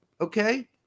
Okay